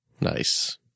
Nice